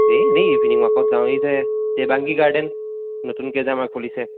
এই এনেই ইভিনিং ৱাকত যাওঁ এইযে দেবাংগী গাৰ্ডেন নতুনকৈ যে আমাৰ খুলিছে